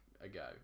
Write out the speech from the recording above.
ago